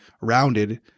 rounded